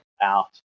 out